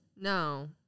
No